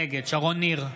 נגד שרון ניר,